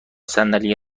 صندلی